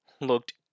looked